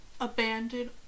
abandoned